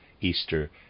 Easter